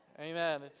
Amen